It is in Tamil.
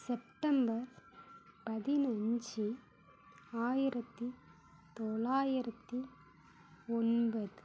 செப்டம்பர் பதினஞ்சு ஆயிரத்தி தொள்ளாயிரத்தி ஒன்பது